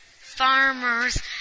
farmers